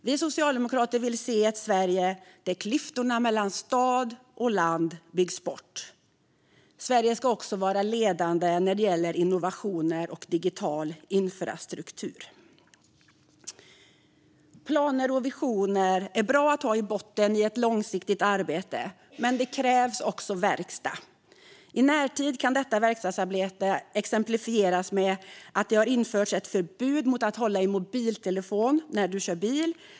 Vi socialdemokrater vill se ett Sverige där klyftorna mellan stad och land byggs bort. Sverige ska också vara ledande när det gäller innovationer och digital infrastruktur. Planer och visioner är bra att ha i botten i ett långsiktigt arbete. Men det krävs också verkstad. I närtid kan detta verkstadsarbete exemplifieras med att det har införts ett förbud mot att hålla i en mobiltelefon när du kör bil.